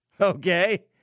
okay